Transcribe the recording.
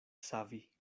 savi